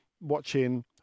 watching